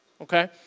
Okay